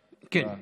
כן.